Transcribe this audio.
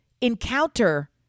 encounter